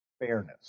fairness